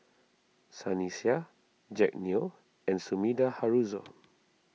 Sunny Sia Jack Neo and Sumida Haruzo